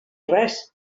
res